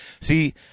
See